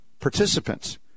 participants